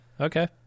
okay